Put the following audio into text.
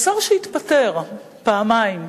ושר שהתפטר פעמיים,